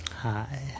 Hi